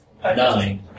Nine